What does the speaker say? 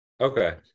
Okay